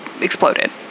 exploded